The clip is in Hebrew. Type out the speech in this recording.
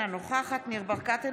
אינה נוכחת ניר ברקת,